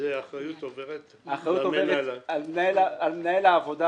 והאחריות עוברת --- האחריות עוברת על מנהל העבודה.